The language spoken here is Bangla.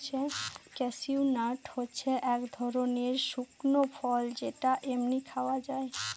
ক্যাসিউ নাট হচ্ছে এক ধরনের শুকনো ফল যেটা এমনি খাওয়া যায়